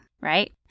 right